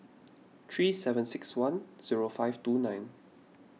three seven six one zero five two nine